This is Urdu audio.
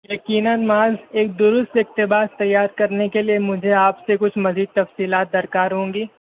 یقیناً معاذ ایک درست اقتباس تیار کرنے کے لیے مجھے آپ سے کچھ مزید تفصیلات درکار ہوں گی